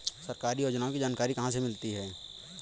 सरकारी योजनाओं की जानकारी कहाँ से मिलती है?